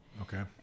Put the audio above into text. Okay